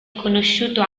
conosciuto